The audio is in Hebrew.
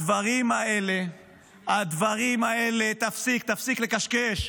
הדברים האלה תפסיק לקשקש,